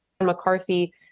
McCarthy